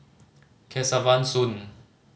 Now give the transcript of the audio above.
Kesavan Soon